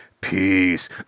peace